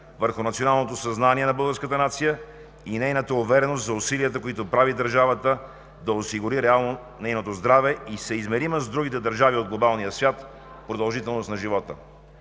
върху националното съзнание на българската нация и нейната увереност за усилията, които прави държавата, да осигури реално нейното здраве и съизмерима с другите държави от глобалния свят продължителност на живота.